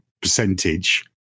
percentage